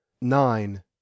Nine